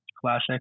Classic